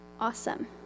Awesome